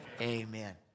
amen